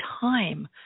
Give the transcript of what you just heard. time